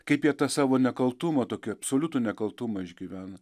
kaip jie tą savo nekaltumą tokį absoliutų nekaltumą išgyvena